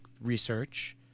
research